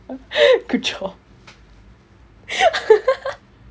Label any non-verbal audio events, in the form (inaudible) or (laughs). good job (laughs)